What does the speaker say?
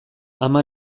ama